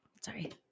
Sorry